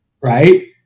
right